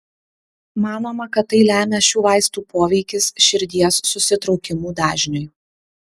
manoma kad tai lemia šių vaistų poveikis širdies susitraukimų dažniui